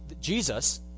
Jesus